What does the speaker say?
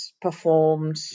performed